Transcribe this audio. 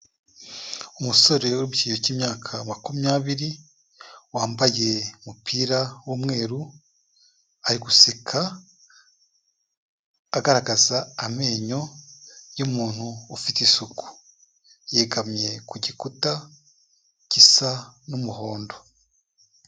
Umusore uri mu kigero cy'imyaka makumyabiri, wambaye umupira w'umweru, ari guseka agaragaza amenyo y'umuntu ufite isuku. Yegamye ku gikuta gisa n'umuhondo.